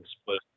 split